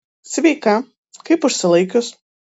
sveika kaip užsilaikius